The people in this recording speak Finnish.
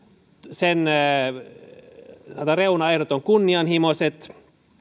sen sanotaan reunaehdot ovat kunnianhimoiset